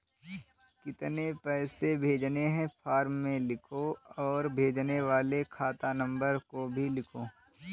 कितने पैसे भेजने हैं फॉर्म में लिखो और भेजने वाले खाता नंबर को भी लिखो